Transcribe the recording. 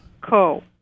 Co